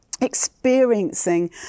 Experiencing